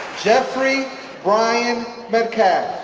geoffrey brian medcalf